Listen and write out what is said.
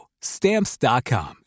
Stamps.com